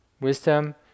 Wisdom